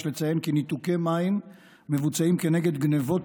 יש לציין כי ניתוקי מים מבוצעים כנגד גנבות